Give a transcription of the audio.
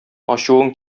ачуың